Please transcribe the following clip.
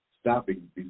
stopping